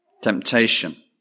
Temptation